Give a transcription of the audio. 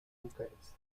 bucarest